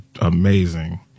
amazing